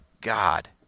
god